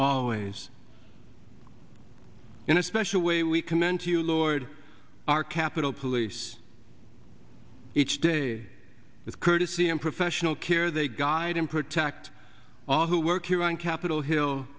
always in a special way we commend to you lord our capitol police each day with courtesy and professional care they guide and protect all who work here on capitol hill